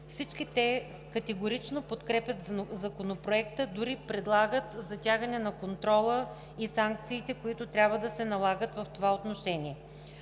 всички те категорично подкрепят Законопроекта и дори предлагат затягане на контрола и санкциите, които трябва да се налагат в това отношение.